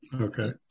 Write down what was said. Okay